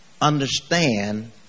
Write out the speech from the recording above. understand